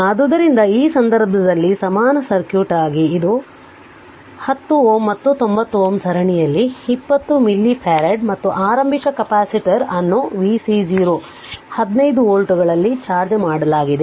ಆದ್ದರಿಂದ ಈ ಸಂದರ್ಭದಲ್ಲಿ ಇದು ಸಮಾನ ಸರ್ಕ್ಯೂಟ್ ಆಗಿದೆ ಇದು x 10 Ω ಮತ್ತು 90 Ω ಸರಣಿಯಲ್ಲಿ 20 ಮಿಲಿಫರಾಡ್ ಮತ್ತು ಆರಂಭಿಕ ಕೆಪಾಸಿಟರ್ ಅನ್ನುv C0 15 ವೋಲ್ಟ್ಗಳಲ್ಲಿ ಚಾರ್ಜ್ ಮಾಡಲಾಗಿದೆ